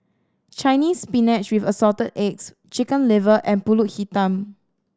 Chinese Spinach with Assorted Eggs Chicken Liver and Pulut Hitam